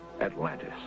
Atlantis